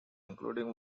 including